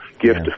gift